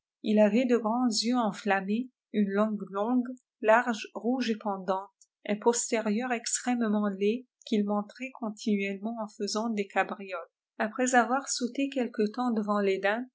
il avait de grands yeux enflammés une langue longue large rouge et pendante un postérieur extrêmement laid au'il montrait continuellement en faisant des cabrioles après avoir sauté quelque temps devant les